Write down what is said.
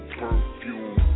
perfume